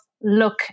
look